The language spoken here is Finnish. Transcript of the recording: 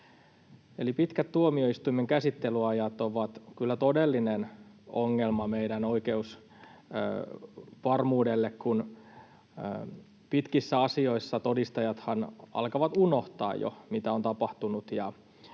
pitkät tuomioistuimen käsittelyajat ovat kyllä todellinen ongelma meidän oikeusvarmuudelle, kun pitkissä asioissa todistajathan alkavat unohtaa jo, mitä on tapahtunut,